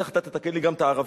בטח אתה תתקן לי גם את הערבית,